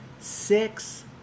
six